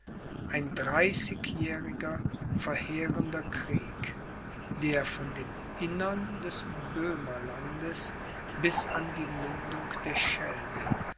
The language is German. ein dreißigjähriger verheerender krieg der von dem innern des böhmerlandes bis an die mündung der schelde